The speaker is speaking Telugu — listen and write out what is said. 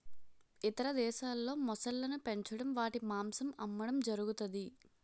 ఇతర దేశాల్లో మొసళ్ళను పెంచడం వాటి మాంసం అమ్మడం జరుగుతది